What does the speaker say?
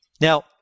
Now